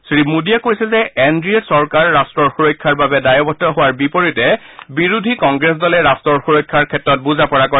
শ্ৰী মোডীয়ে কৈছে যে এন ডি এ চৰকাৰ ৰাট্টৰ সুৰক্ষাৰ বাবে দায়বদ্ধ হোৱাৰ বিপৰীতে বিৰোধী কংগ্ৰেছ দলে ৰাট্টৰ সুৰক্ষাৰ ক্ষেত্ৰত বুজাপৰা কৰে